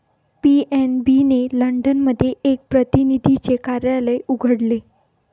PNB ने London मध्ये एक प्रतिनिधीचे कार्यालय उघडले